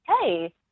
hey